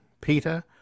Peter